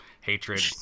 hatred